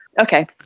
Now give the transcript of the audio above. Okay